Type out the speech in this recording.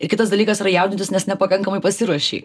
ir kitas dalykas yra jaudintis nes nepakankamai pasiruošei